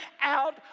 out